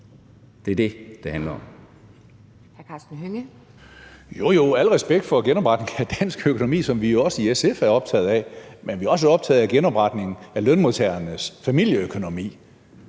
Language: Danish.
Det er det, det handler om.